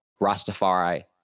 Rastafari